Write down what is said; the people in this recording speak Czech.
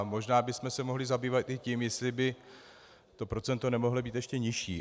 Možná bychom se mohli zabývat i tím, jestli by procento nemohlo být ještě nižší.